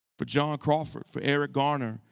but john crawford, for eric garner.